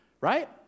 right